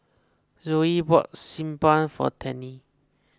Zoe bought Xi Ban for Tennie